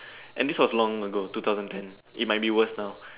and this was long ago two thousand ten it might be worse now